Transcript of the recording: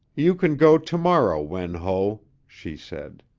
you can go to-morrow, wen ho, she said.